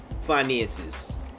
finances